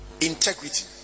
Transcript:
Integrity